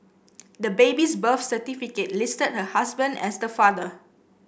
the baby's birth certificate listed her husband as the father